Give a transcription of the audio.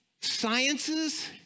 sciences